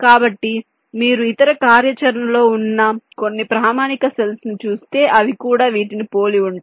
కాబట్టి మీరు ఇతర కార్యాచరణలో ఉన్న కొన్ని ప్రామాణిక సెల్స్ ను చూస్తే అవి కూడా వీటిని పోలి ఉంటాయి